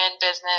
business